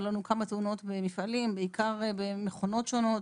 היו לנו כמה תאונות במפעלים ובעיקר במכונות שונות.